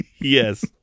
Yes